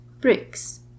bricks